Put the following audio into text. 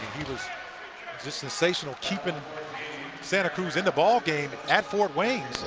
he was just sensational keeping santa cruz in the ball game at fort wayne.